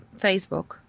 Facebook